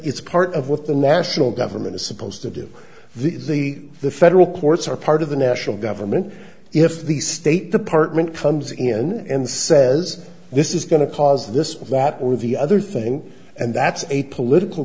it's part of what the national government is supposed to do the the the federal courts are part of the national government if the state department comes in and says this is going to cause this or the other thing and that's a political